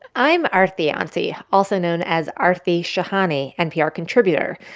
i'm aarti auntie, also known as aarti shahani, npr contributor.